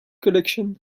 collection